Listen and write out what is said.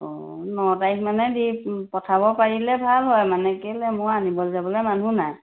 অঁ ন তাৰিখ মানে দি পঠাব পাৰিলে ভাল হয় মানে কেলে মই আনিব যাবলে মানুহ নাই